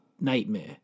nightmare